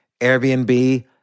Airbnb